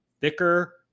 thicker